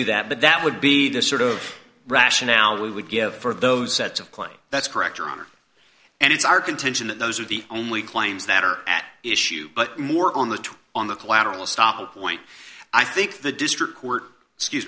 do that but that would be the sort of rationale we would give for those sets of clay that's correct your honor and it's our contention that those are the only claims that are at issue but more on the on the collateral estoppel point i think the district court excuse